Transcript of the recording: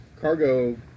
cargo